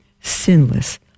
sinless